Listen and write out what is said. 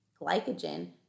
glycogen